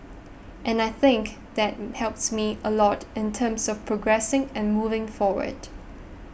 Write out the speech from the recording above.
and I think that helps me a lot in terms of progressing and moving forward